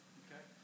okay